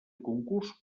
concurs